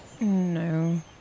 No